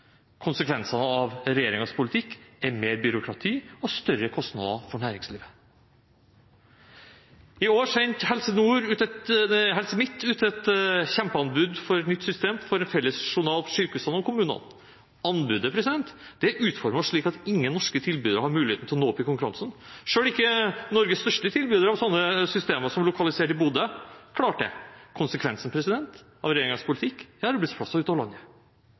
Konsekvensene av regjeringens politikk er mer byråkrati og større kostnader for næringslivet. I år sendte Helse Midt-Norge ut et kjempeanbud på et nytt system for en felles journal for sykehusene og kommunene. Anbudet er utformet slik at ingen norske tilbydere har muligheten til å nå opp i konkurransen. Selv ikke Norges største tilbyder av slike systemer, som er lokalisert i Bodø, klarte det. Konsekvensen av regjeringens politikk er arbeidsplasser ut av landet.